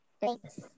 Thanks